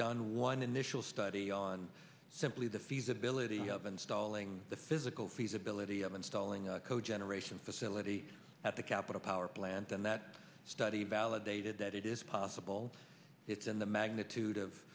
done one initial study on simply the feasibility of installing the physical feasibility of installing a co generation facility at the capital power plant and that study validated that it is possible it's in the magnitude of